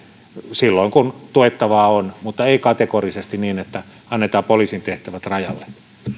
silloin kun tuettavaa on mutta ei kategorisesti niin että annetaan poliisin tehtävät rajalle